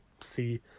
see